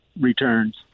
returns